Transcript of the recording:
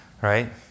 right